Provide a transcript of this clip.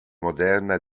moderna